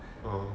eh